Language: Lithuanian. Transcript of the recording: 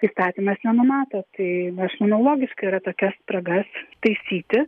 įstatymas nenumato tai aš manau logiška yra tokias spragas taisyti